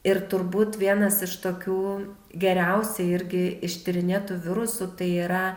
ir turbūt vienas iš tokių geriausiai irgi ištyrinėtų virusų tai yra